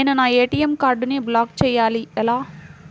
నేను నా ఏ.టీ.ఎం కార్డ్ను బ్లాక్ చేయాలి ఎలా?